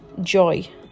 joy